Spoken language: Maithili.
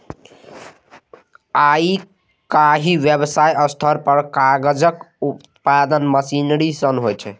आइकाल्हि व्यावसायिक स्तर पर कागजक उत्पादन मशीनरी सं होइ छै